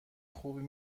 خوبی